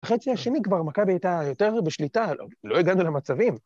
החצי השני כבר מכבי היתה יותר בשליטה, ‫לא הגענו למצבים.